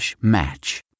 match